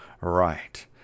right